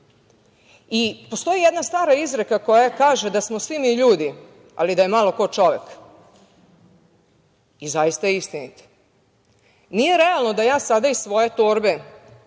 Postoji jedna stara izreka koja kaže – da smo mi ljudi, ali da je malo ko čovek. I zaista je istinita. Nije realno da ja sada iz svoje torbe